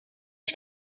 ich